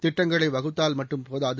திட்டங்களை வகுத்தால் மட்டும் போதாது